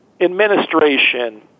administration